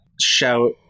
shout